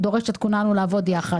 דורש את כולנו לעבוד ביחד.